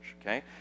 okay